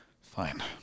Fine